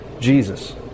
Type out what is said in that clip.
Jesus